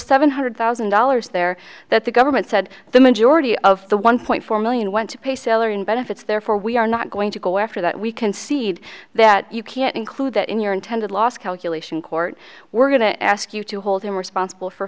seven hundred thousand dollars there that the government said the majority of the one point four million went to pay seller in benefits therefore we are not going to go after that we concede that you can't include that in your intended loss calculation court we're going to ask you to hold him responsible for